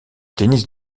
tennis